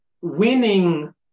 winning